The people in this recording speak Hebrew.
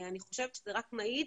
אני חושבת שזה רק מעיד